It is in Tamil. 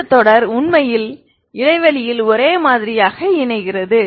இந்த தொடர் உண்மையில் இடைவெளியில் ஒரே மாதிரியாக இணைகிறது